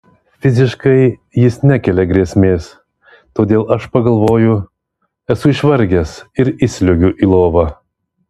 fiziškai jis nekelia grėsmės todėl aš pagalvoju esu išvargęs ir įsliuogiu į lovą